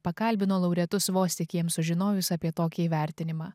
pakalbino laureatus vos tik jiem sužinojus apie tokį įvertinimą